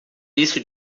isso